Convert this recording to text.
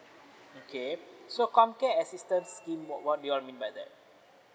okay so com care assistance scheme what what you all mean by that